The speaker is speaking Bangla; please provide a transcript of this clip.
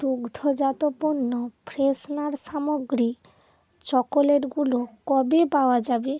দুগ্ধজাত পণ্য ফ্রেশনার সামগ্রী চকোলেটগুলো কবে পাওয়া যাবে